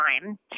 time